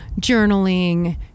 journaling